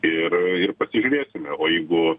ir ir pasižiūrėsime o jeigu